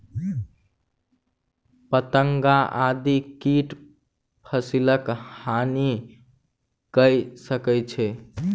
पतंगा आदि कीट फसिलक हानि कय सकै छै